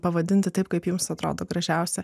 pavadinti taip kaip jums atrodo gražiausia